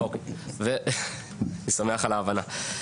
אציג לכם דוגמה: